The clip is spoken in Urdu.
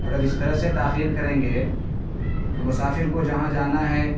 اگر اس طرح سے تاخیر کریں گے تو مسافر کو جہاں جانا ہے